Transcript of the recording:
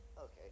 Okay